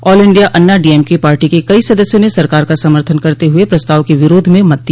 आल India Anna DMK party के कई सदस्यों ने सरकार का समर्थन करते हुए प्रस्ताव के विरोध में मत दिया